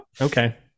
Okay